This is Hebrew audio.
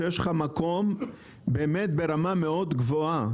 שיש לך מקום באמת ברמה מאוד גבוהה.